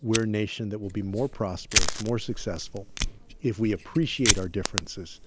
we're a nation that will be more prosperous, more successful if we appreciate our differences,